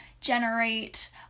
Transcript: generate